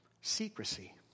Secrecy